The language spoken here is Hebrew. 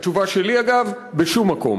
התשובה שלי, אגב: בשום מקום.